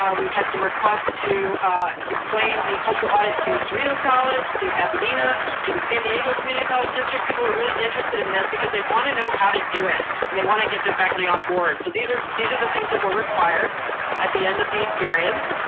we've had some requests to explain the cultural audit to cerritos college, to pasadena, to the san diego community college district. people are really interested in this because they want to know how to do it and they want to get their faculty on board. so these are these are the things that were required at the end of the experience.